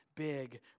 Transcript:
big